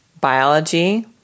biology